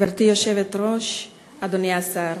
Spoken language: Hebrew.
גברתי היושבת-ראש, אדוני השר,